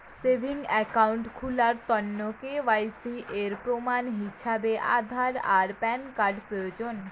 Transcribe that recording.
savings account খুলার তন্ন KYC এর প্রমাণ হিছাবে আধার আর প্যান কার্ড প্রয়োজন